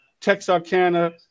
Texarkana